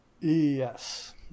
Yes